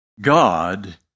God